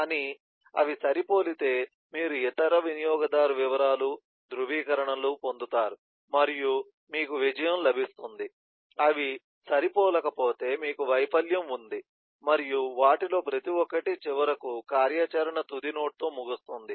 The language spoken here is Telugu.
కాబట్టి అవి సరిపోలితే మీరు ఇతర వినియోగదారు వివరాలు ధ్రువీకరణలు పొందుతారు మరియు మీకు విజయం లభిస్తుంది అవి సరిపోలకపోతే మీకు వైఫల్యం ఉంది మరియు వాటిలో ప్రతి ఒక్కటి చివరకు కార్యాచరణ తుది నోడ్తో ముగుస్తుంది